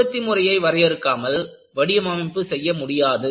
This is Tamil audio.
உற்பத்தி முறையை வரையறுக்காமல் வடிவமைப்பு செய்ய முடியாது